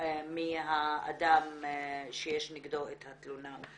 מהאדם שיש נגדו את התלונה.